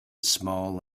small